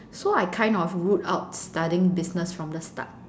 so I kind of ruled out studying business from the start